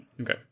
Okay